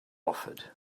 offered